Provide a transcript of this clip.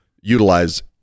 utilize